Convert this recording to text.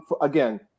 again